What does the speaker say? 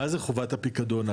מזה חובת הפיקדון?